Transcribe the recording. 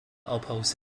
opposed